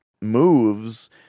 moves